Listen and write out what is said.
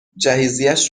جهیزیهش